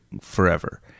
forever